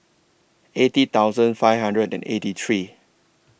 eighty thousand five hundred and eighty three